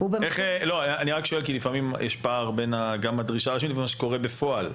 אני שואל כי לפעמים יש פער בין הדרישה לבין מה שקורה בפועל.